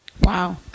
Wow